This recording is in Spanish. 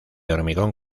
hormigón